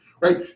right